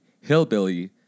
Hillbilly